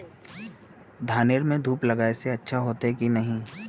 धानेर में धूप लगाए से अच्छा होते की नहीं?